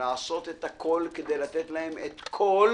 לעשות את הכול כדי לתת להם את כל